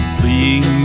Fleeing